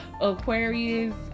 Aquarius